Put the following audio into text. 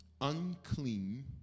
unclean